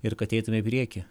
ir kad eitumėme į priekį